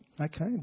Okay